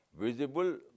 visible